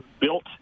built